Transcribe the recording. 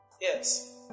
Yes